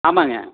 ஆமாம்ங்க